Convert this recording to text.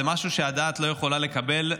זה משהו שהדעת לא יכולה לקבל.